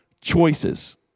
choices